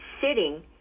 sitting